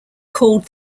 called